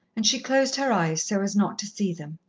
and she closed her eyes so as not to see them.